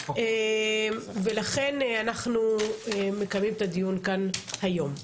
לכן אנחנו מקיימים את הדיון כאן היום.